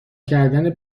کردن